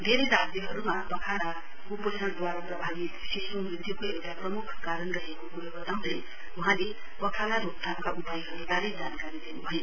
धेरै राज्यहरूमा पखाला क्पोषणद्वारा प्रभावित शिशुहरू मृत्युको एउटा प्रमुख कारण रहेको क्रो बताउँदै वहाँले पखाला रोकथाम उपायहरूबारे जानकारी दिनुभयो